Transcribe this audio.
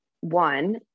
One